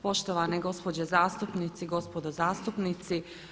Poštovane gospođe zastupnici, gospodo zastupnici.